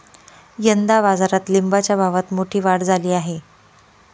यंदा बाजारात लिंबाच्या भावात मोठी वाढ झाली आहे